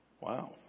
Wow